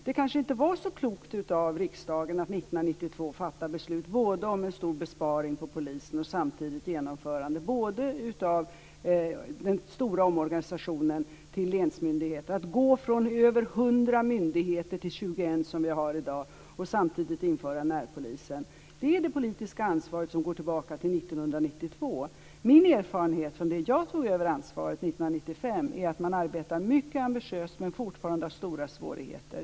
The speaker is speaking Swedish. Det kanske inte var så klokt av riksdagen att 1992 fatta beslut om en stor besparing på polisen samtidigt som man genomförde både den stora omorganisationen till länsmyndighet - från över hundra myndigheter till 21, som vi har i dag - och införandet av närpolisen. Det är det politiska ansvar som går tillbaka till 1992. Min erfarenhet från det att jag tog över ansvaret 1995 är att man arbetar mycket ambitiöst men fortfarande har stora svårigheter.